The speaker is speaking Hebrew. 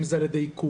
אם זה על ידי איכון,